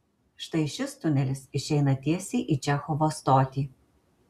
štai šis tunelis išeina tiesiai į čechovo stotį